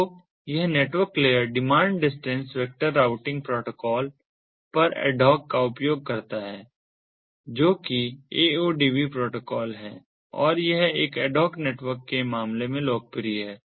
तो यह network layer demand distance vector routing protocol पर एड हॉक का उपयोग करता है जो कि AODV प्रोटोकॉल है और यह एड हॉक नेटवर्क के मामले में लोकप्रिय है